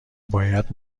باید